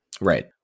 Right